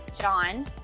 John